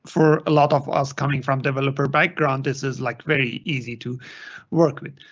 for a lot of us, coming from developer background, this is like very easy to work with.